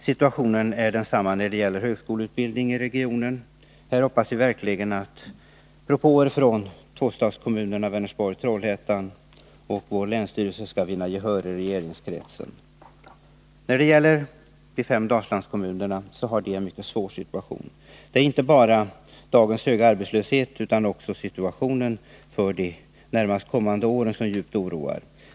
Situationen är densamma när det gäller högskoleutbildning i regionen. Här hoppas vi verkligen att propåer från tvåstadskommunerna Vänersborg och Trollhättan och från vår länsstyrelse skall vinna gehör i regeringskretsen. De fem Dalslandskommunerna har en mycket svår situation. Det är inte bara dagens höga arbetslöshet utan också situationen för de närmast kommande åren som djupt oroar.